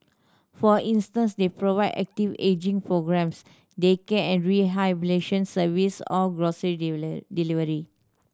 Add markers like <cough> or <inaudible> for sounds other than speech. for instance they provide active ageing programmes daycare and rehabilitation service or grocery <unintelligible> delivery